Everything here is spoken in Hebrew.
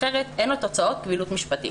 אחרת אין לתוצאות קבילות משפטית.